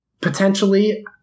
Potentially